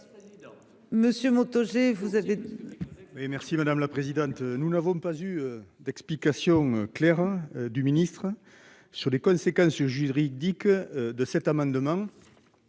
Monsieur Moto G, vous avez. Et merci madame la présidente. Nous n'avons pas eu d'explication claire du ministre sur les conséquences juridiques de cet amendement.